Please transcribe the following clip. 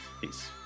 Peace